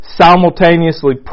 simultaneously